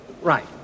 Right